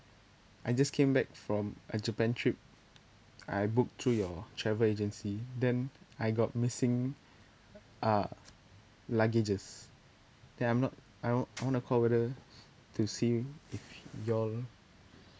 I just came back from a japan trip I booked through your travel agency then I got missing err luggages that I'm not I want I want to call whether to see if y'all